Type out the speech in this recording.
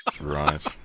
right